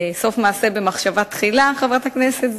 סוף מעשה במחשבה תחילה, חברת הכנסת זועבי.